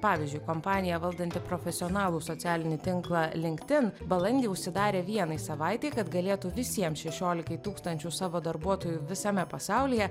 pavyzdžiui kompanija valdanti profesionalų socialinį tinklą link tin balandį užsidarė vienai savaitei kad galėtų visiems šešiolikai tūkstančių savo darbuotojų visame pasaulyje